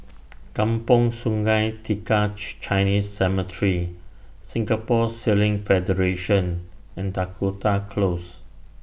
Kampong Sungai Tiga Chinese Cemetery Singapore Sailing Federation and Dakota Close